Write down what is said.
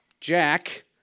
Jack